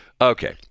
Okay